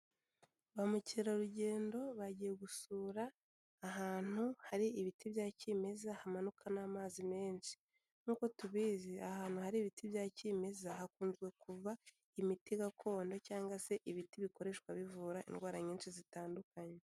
Ba mukerarugendo bagiye gusura ahantu hari ibiti bya kimeza hamanuka n'amazi menshi, nk'uko tubizi, ahantu hari ibiti bya kimeza hakunzwe kuva imiti gakondo cyangwase ibiti bikoreshwa bivura indwara nyinshi zitandukanye.